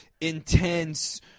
intense